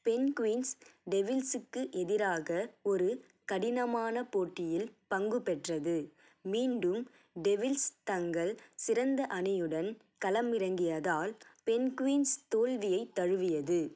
Penguins டெவில்ஸ்ஸுக்கு எதிராக ஒரு கடினமான போட்டியில் பங்குபெற்றது மீண்டும் டெவில்ஸ் தங்கள் சிறந்த அணியுடன் களமிறங்கியதால் பென்குயின்ஸ் தோல்வியைத் தழுவியது